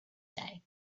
day